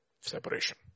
Separation